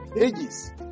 ages